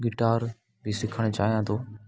guitar बि सिखणु चाहियां थो